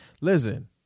listen